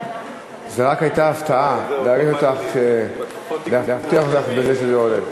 זו רק הייתה הפתעה, להפתיע אותך בזה שזה עולה.